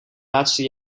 laatste